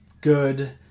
good